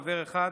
חבר אחד,